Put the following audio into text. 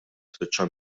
spiċċa